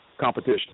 competition